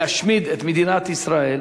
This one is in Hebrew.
להשמיד את מדינת ישראל,